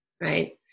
right